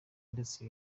ndetse